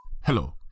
Hello